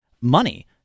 money